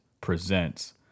presents